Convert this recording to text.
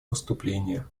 выступления